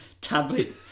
tablet